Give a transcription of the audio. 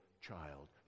child